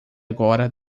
agora